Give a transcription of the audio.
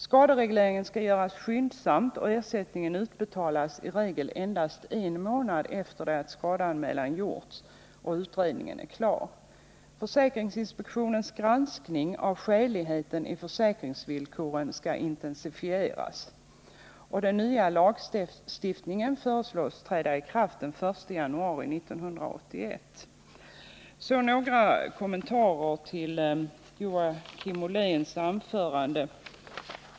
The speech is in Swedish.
Skaderegleringen skall göras skyndsamt, och ersättningen utbetalas i regel senast en månad efter det att skadeanmälan gjorts och utredningen är klar. Försäkringsinspektionens granskning av skäligheten i försäkringsvillkoren skall intensifieras. Den nya lagstiftningen föreslås träda i kraft den 1 januari 1981. Så några kommentarer till Joakim Olléns anförande.